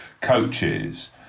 coaches